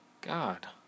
God